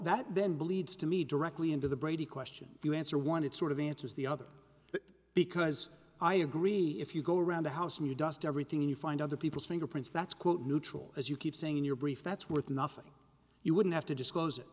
that then bleeds to me directly into the brady question you answer one it sort of answers the other because i agree if you go around the house and you dust everything you find other people's fingerprints that's quote neutral as you keep saying in your brief that's worth nothing you wouldn't have to disclose